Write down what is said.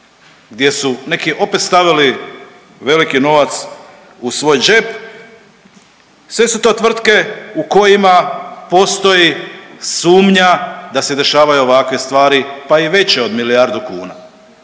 gdje su neki opet stavili veliki novac u svoj džep. Sve su to tvrtke u kojima postoji sumnja da se dešavaju ovakve stvari pa i veće od milijardu kuna.